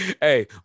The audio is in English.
Hey